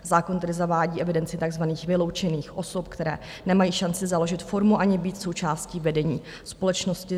Zákon tedy zavádí evidenci takzvaných vyloučených osob, které nemají šanci založit firmu ani být součástí vedení společnosti.